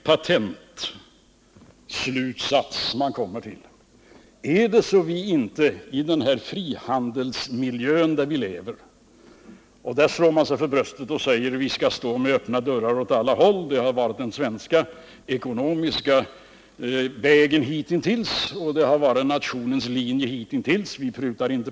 Man vill gärna tala om att vi lever i en frihandelsmiljö, och man slår sig för bröstet och säger: Vi skall ha öppna dörrar åt alla håll. Det har varit den svenska ekonomiska linjen hitintills, och det är något som vi inte prutar på.